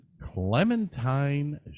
Clementine